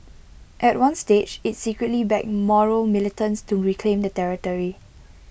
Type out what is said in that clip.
at one stage IT secretly backed Moro militants to reclaim the territory